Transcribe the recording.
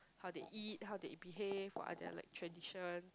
how they eat how they behave or there are like tradition